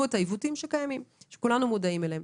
את העיוותים שקיימים שכולנו מודעים להם.